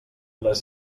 les